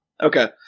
Okay